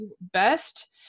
best